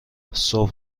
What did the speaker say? صبح